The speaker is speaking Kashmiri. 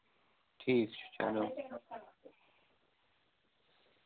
ٹھیٖک چھُ چلو